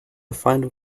find